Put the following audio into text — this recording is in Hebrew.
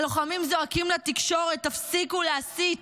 הלוחמים זועקים לתקשורת: תפסיקו להסית,